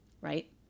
right